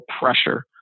pressure